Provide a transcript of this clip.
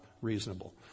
reasonable